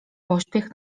pośpiech